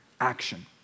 action